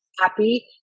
happy